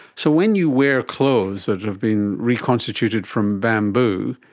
so when you wear clothes that have been reconstituted from bamboo,